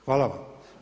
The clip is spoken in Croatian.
Hvala vam.